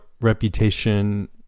reputation